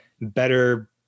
better